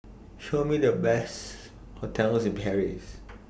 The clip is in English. Show Me The Best hotels in Paris